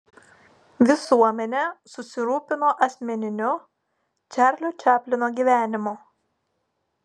visuomenė susirūpino asmeniniu čarlio čaplino gyvenimu